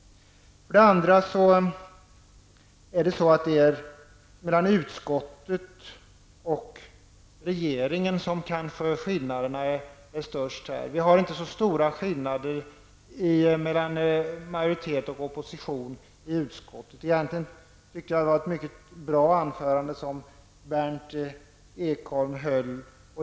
För övrigt är det mellan utskottet och regeringen som skillnaderna kanske är störst. Det är inte så stora skillnader mellan majoritetens och oppositionens uppfattning. Egentligen tycker jag att det var ett mycket bra anförande som Berndt Ekholm höll.